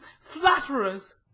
flatterers